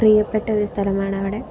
പ്രിയപ്പെട്ട ഒരു സ്ഥലമാണ് അവിടെ